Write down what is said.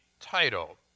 title